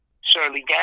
Shirley